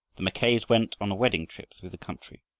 the mackays went on a wedding-trip through the country.